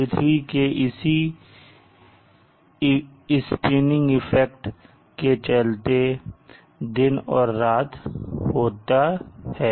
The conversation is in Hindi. पृथ्वी के इसी स्पिनिंग इफेक्ट के चलते दिन और रात होता है